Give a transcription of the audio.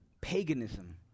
Paganism